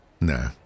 nah